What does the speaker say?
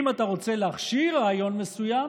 אם אתה רוצה להכשיר רעיון מסוים,